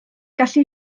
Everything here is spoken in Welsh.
gallu